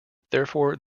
therefore